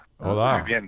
hola